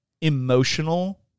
emotional